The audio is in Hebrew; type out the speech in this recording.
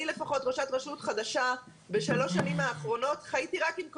אני לפחות ראשת רשות חדשה ובשלוש השנים האחרונות חייתי רק עם קורונה.